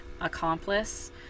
accomplice